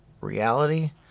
reality